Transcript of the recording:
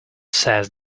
says